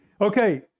Okay